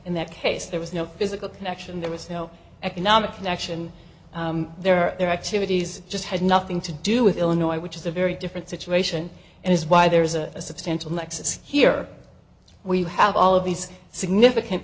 in that case there was no physical connection there was no economic connection there or their activities just had nothing to do with illinois which is a very different situation and is why there is a substantial nexus here where you have all of these significant